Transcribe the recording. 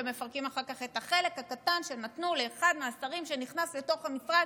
ומפרקים אחר כך את החלק הקטן שהם נתנו לאחד מהשרים שנכנס לתוך המשרד.